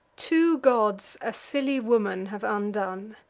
two gods a silly woman have undone!